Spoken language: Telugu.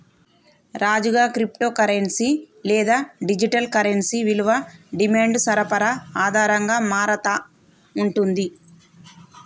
రాజుగా, క్రిప్టో కరెన్సీ లేదా డిజిటల్ కరెన్సీ విలువ డిమాండ్ సరఫరా ఆధారంగా మారతా ఉంటుంది